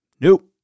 Nope